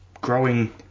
growing